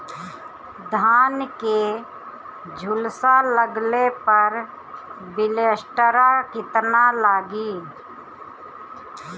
धान के झुलसा लगले पर विलेस्टरा कितना लागी?